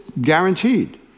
guaranteed